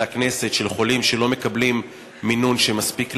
הכנסת של חולים שלא מקבלים מינון שמספיק להם,